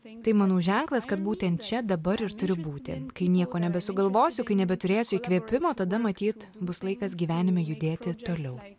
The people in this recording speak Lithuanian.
tai manau ženklas kad būtent čia dabar ir turiu būti kai nieko nebesugalvosiu kai nebeturėsiu įkvėpimo tada matyt bus laikas gyvenime judėti toliau